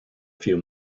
few